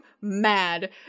mad